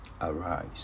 arise